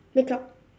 makeup